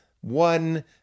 one